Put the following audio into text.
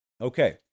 Okay